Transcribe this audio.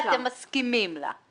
אתם מסכימים לה.